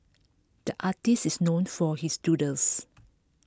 the artists is known for his doodles